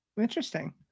interesting